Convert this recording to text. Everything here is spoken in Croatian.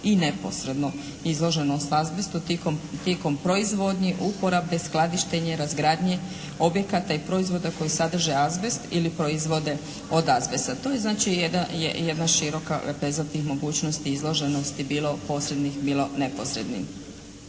i neposredno izloženost azbestu tijekom proizvodnje, uporabe, skladištenja i razgradnje objekata i proizvoda koji sadrže azbest ili proizvode od azbesta. To je znači jedna široka lepeza tih mogućnosti izloženosti bilo posrednih bilo neposrednih.